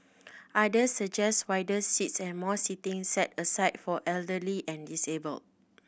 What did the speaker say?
others suggested wider seats and more seating set aside for elderly and disabled